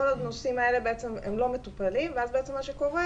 כל הנושאים האלה בעצם לא מטופלים ואז מה שקורה